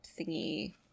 thingy